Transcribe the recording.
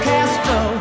Castro